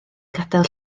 gadael